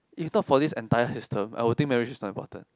if not for this entire system I would think marriage is not important